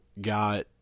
got